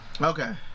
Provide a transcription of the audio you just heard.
Okay